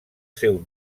seu